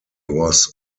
was